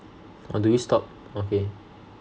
or do you stop okay